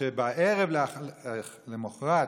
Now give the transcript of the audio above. שבערב למוחרת,